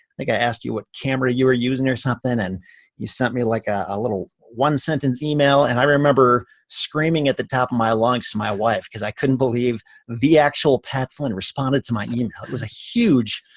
think i asked you what camera you were using or something, and you sent me like a a little one-sentence email, and i remember screaming at the top of my lungs to my wife cause i couldn't believe the actual pat flynn responded to my email. it was a huge,